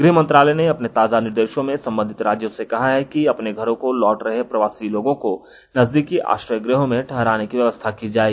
गृह मंत्रालय ने अपने ताजा निर्देशों में संबंधित राज्यों से कहा है कि अपने घरों को लौट रहे प्रवासी लोगों को नजदीकी आश्रय गृहों में ठहराने की व्यवस्था की जाए